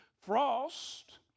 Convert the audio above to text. Frost